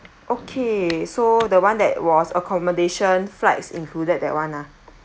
okay so the one that was accommodation flights included that [one] ah